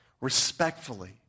respectfully